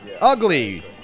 Ugly